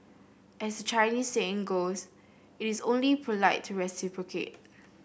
as the Chinese saying goes it is only polite to reciprocate